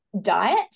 diet